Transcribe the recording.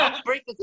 break